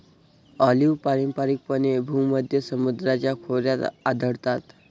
olive पारंपारिकपणे भूमध्य समुद्राच्या खोऱ्यात आढळतात